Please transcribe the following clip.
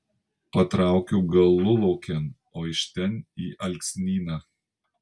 patraukiu galulaukėn o iš ten į alksnyną